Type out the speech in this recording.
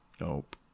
Nope